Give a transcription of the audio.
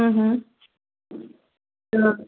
त